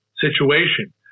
situation